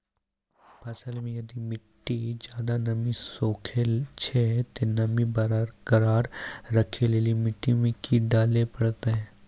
फसल मे यदि मिट्टी ज्यादा नमी सोखे छै ते नमी बरकरार रखे लेली मिट्टी मे की डाले परतै?